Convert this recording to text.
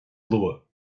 luath